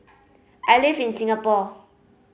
I live in Singapore